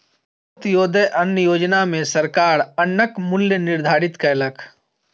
अन्त्योदय अन्न योजना में सरकार अन्नक मूल्य निर्धारित कयलक